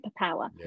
superpower